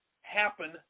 happen